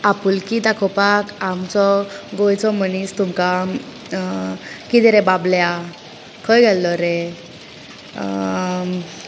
आपुलकी दाखोवपाक आमचो गोंयचो मनीस तुमकां अं किदे रे बाबल्या खंय गेल्लो रे अं